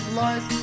life